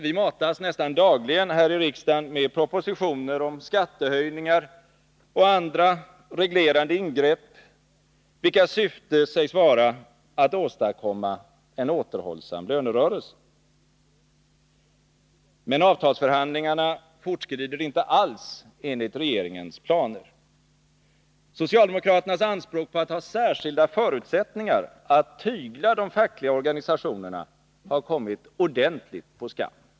Vi matas nästan dagligen här i riksdagen med propositioner om skattehöjningar och andra reglerande ingrepp, vilkas syfte sägs vara att åstadkomma en återhållsam lönerörelse. Men avtalsförhandlingarna fortskrider inte alls enligt regeringens planer. Socialdemokraternas anspråk på att ha särskilda förutsättningar att tygla de fackliga organisationerna har kommit ordentligt på skam.